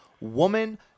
woman